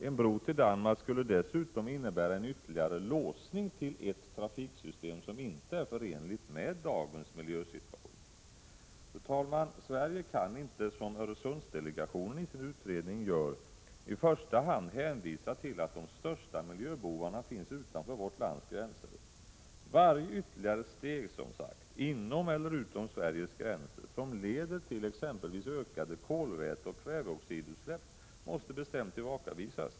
En bro till Danmark skulle dessutom innebära en ytterligare låsning till ett visst trafiksystem som inte är förenligt med dagens miljösituation. Fru talman! Sverige kan inte, som Öresundsdelegationen i sin utredning, i första hand hänvisa till att de största miljöbovarna finns utanför vårt lands gränser. Varje ytterligare initiativ, innanför eller utanför Sveriges gränser, som leder till exempelvis ökade kolväteoch kväveoxidutsläpp måste bestämt tillbakavisas.